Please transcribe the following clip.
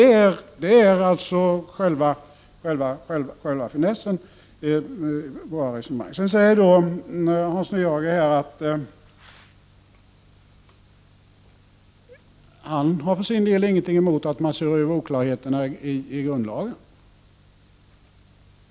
Hans Nyhage säger att han inte har någonting emot att man ser över oklarheterna i grundlagen.